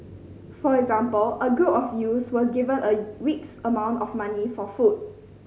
for example a group of youths were given a week's amount of money for food